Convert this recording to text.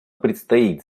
предстоит